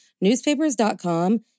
newspapers.com